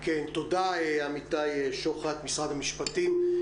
תודה, אמיתי שוחט, משרד המשפטים.